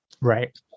Right